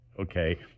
okay